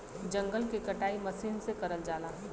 जंगल के कटाई मसीन से करल जाला